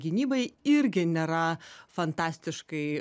gynybai irgi nėra fantastiškai